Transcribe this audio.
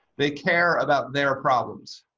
they care about their problems.